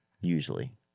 usually